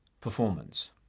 performance